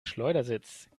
schleudersitz